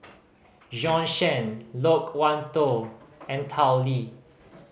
Bjorn Shen Loke Wan Tho and Tao Li